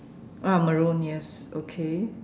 ah maroon yes okay